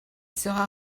sera